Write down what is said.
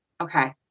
Okay